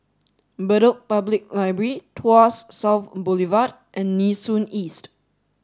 Bedok Public Library Tuas South Boulevard and Nee Soon East